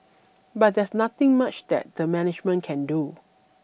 but there is nothing much that the management can do